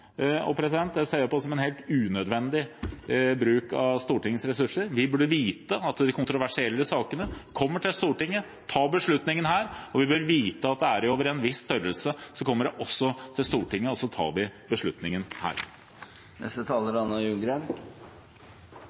Det ser jeg på som en helt unødvendig bruk av Stortingets ressurser. Vi burde vite at de kontroversielle sakene kommer til Stortinget, at beslutningene tas her, og vi bør vite at hvis sakene er over en viss størrelse, så kommer de til Stortinget, og så tar vi beslutningen her.